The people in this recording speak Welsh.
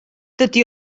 dydi